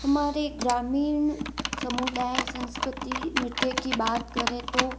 हमारे ग्रामीण समुदाय संस्कृति नृत्य की बात करें तो